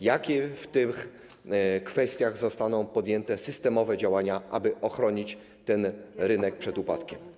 Jakie w tych kwestiach zostaną podjęte systemowe działania, aby ochronić ten rynek przed upadkiem?